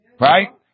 right